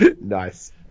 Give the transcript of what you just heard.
nice